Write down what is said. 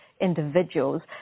individuals